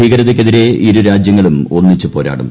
ഭീകരതയ്ക്കെതിരെ ഇരുരാജ്യങ്ങളും ഒന്നിച്ചു പോരാടും